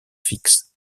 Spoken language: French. fixe